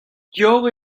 digor